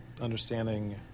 understanding